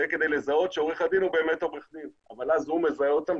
זה כדי לזהות שעורך הדין הוא באמת עורך דין אבל אז הוא מזהה אותם,